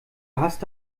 hast